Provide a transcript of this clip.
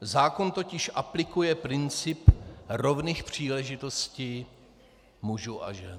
Zákon totiž aplikuje princip rovných příležitostí mužů a žen.